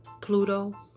Pluto